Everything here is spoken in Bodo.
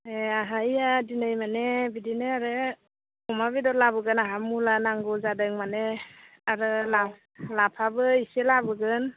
ए आंहा ओइया दिनै माने बिदिनो आरो अमा बेदर लाबोगोन आंहा मुला नांगौ जादों माने आरो लाफाबो इसे लाबोगोन